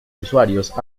usuarios